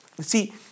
See